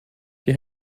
die